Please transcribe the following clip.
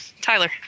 Tyler